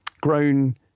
grown